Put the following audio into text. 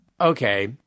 Okay